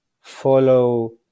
follow